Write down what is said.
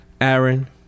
Aaron